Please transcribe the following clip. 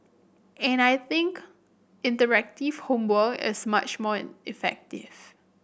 and I think interactive homework is much more in effective